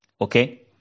Okay